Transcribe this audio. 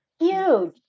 Huge